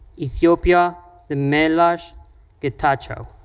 ethiopia demmelash getachew.